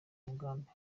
mugambi